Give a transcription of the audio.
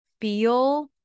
feel